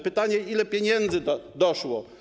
Pytanie: Ile pieniędzy doszło?